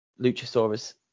Luchasaurus